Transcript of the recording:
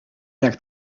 jak